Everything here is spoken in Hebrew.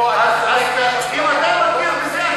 אם אתה מכיר בזה,